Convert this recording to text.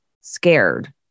scared